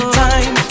time